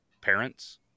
parents